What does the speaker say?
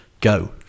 Go